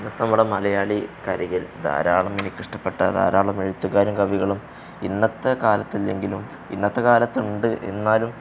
ഇന്നത്തെ നമ്മുടെ മലയാളി ധാരാളം എനിക്കിഷ്ടപ്പെട്ട ധാരാളം എഴുത്തുകാരും കവികളും ഇന്നത്തെ കാലത്തില്ലെങ്കിലും ഇന്നത്തെ കാലത്തുണ്ട് എന്നാലും